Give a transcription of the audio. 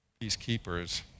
Peacekeepers